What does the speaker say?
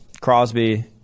Crosby